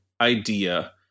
idea